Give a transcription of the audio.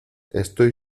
estoy